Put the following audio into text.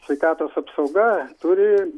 sveikatos apsauga turi